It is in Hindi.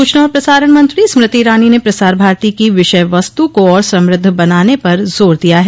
सूचना और प्रसारण मंत्री स्मृति इरानी ने प्रसार भारती की विषय वस्तु को और समृद्ध बनाने पर जोर दिया है